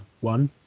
one